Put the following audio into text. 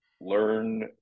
learn